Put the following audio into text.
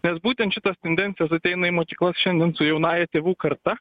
nes būtent šitos tendencijos ateina į mokyklas šiandien su jaunąja tėvų karta